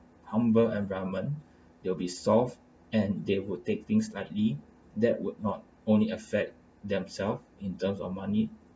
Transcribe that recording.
humble environment they'll be soft and they will take things lightly that would not only affect themselves in terms of money